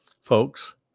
Folks